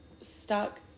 stuck